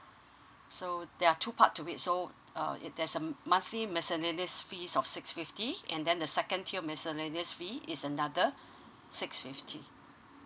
so there are two part to be so uh if there's um monthly miscellaneous fee of six fifty and then the second tier miscellaneous fee is another six fifty